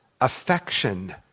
affection